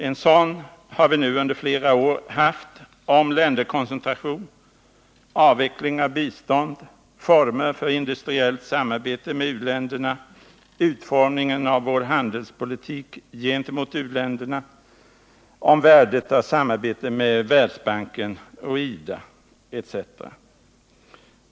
En sådan har vi nu under flera år haft om länderkoncentration, avveckling av bistånd, former för industriellt samarbete med u-länderna, utformningen av vår handelspolitik gentemot u-länderna, värdet av samarbete med världsbanken och IDA etc.